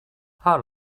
how